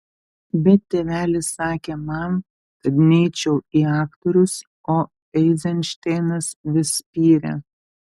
bet tėvelis sakė man kad neičiau į aktorius o eizenšteinas vis spyrė